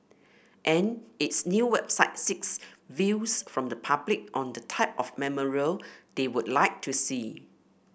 and its new website seeks views from the public on the type of memorial they would like to see